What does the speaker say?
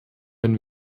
wenn